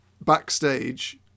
backstage